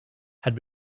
had